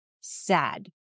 sad